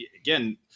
again